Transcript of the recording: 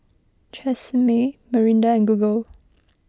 Tresemme Mirinda and Google